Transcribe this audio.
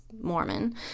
Mormon